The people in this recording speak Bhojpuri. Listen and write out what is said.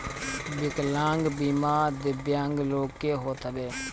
विकलांग बीमा दिव्यांग लोग के होत हवे